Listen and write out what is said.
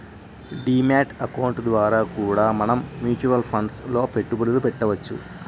D mat account ద్వారా కూడా మనం మ్యూచువల్ ఫండ్స్ లో పెట్టుబడులు పెట్టవచ్చు